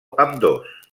ambdós